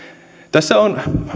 tässä on